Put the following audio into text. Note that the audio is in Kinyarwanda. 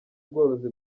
bworozi